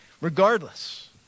Regardless